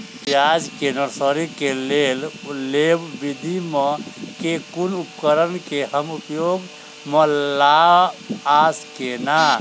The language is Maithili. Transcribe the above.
प्याज केँ नर्सरी केँ लेल लेव विधि म केँ कुन उपकरण केँ हम उपयोग म लाब आ केना?